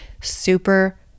super